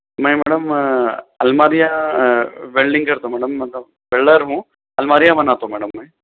میں میڈم الماریاں ویلڈنگ کرتا ہوں میڈم مطلب ویلڈر ہوں الماریاں بناتا ہوں میڈم میں